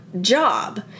job